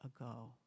ago